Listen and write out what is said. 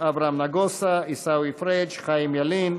אברהם נגוסה, עיסאווי פריג'; חיים ילין,